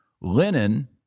Linen